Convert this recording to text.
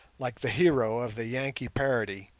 like the hero of the yankee parody,